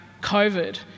COVID